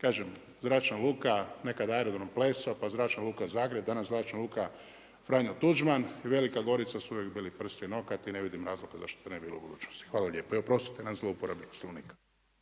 kažem zračna luka, nekad Aerodrom Pleso pa Zračna luka Zagreb, danas Zračna luka Franjo Tuđman i Velika Gorica su uvijek bili prst i nokat i ne vidim razloga zašto to ne bi bilo u budućnosti. Hvala lijepo i oprostite na zlouporabi Poslovnika.